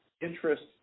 interest